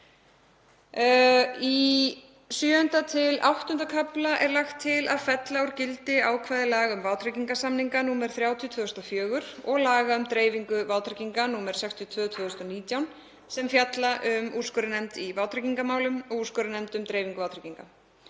Í VII. til VIII. kafla er lagt til að fella úr gildi ákvæði laga um vátryggingarsamninga, nr. 30/2004, og laga um dreifingu vátrygginga, nr. 62/2019, sem fjalla um úrskurðarnefnd í vátryggingamálum og úrskurðarnefnd um dreifingu vátrygginga.